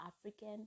African